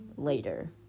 later